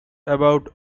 about